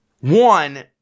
One